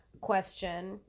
question